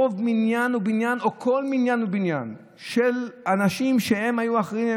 רוב מניין ובניין או כל מניין ובניין של האנשים שהיו אחראים,